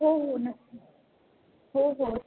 हो हो नक्की हो हो